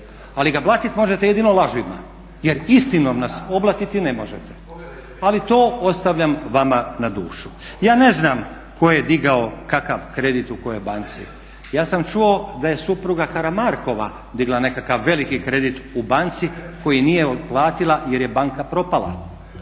ali ga blatiti možete jedino lažima jer istinom nas oblatiti ne možete. Ali to ostavljam vama na dušu. Ja ne znam tko je digao kakav kredit u kojoj banci, ja sam čuo da je supruga Karamarkova digla nekakav veliki kredit u banci koji nije otplatila jer je banka propala.